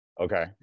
Okay